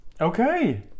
Okay